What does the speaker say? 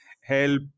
help